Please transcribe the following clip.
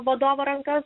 vadovo rankas